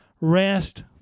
rest